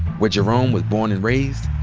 where jerome was born and raised,